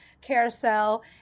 carousel